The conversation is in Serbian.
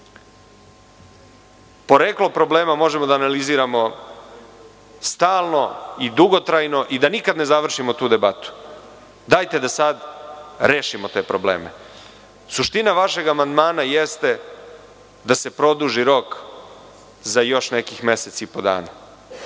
Poreklo problema možemo da analiziramo stalno i dugotrajno i da nikada ne završimo tu debatu. Dajte, da sada rešimo te probleme. Suština vašeg amandmana jeste da se produži rok za još nekih mesec i po dana,